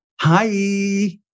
Hi